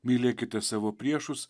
mylėkite savo priešus